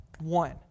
one